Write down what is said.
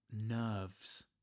nerves